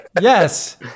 yes